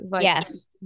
Yes